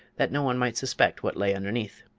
that no one might suspect what lay underneath.